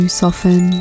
soften